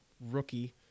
rookie